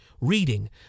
reading